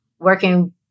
Working